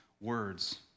words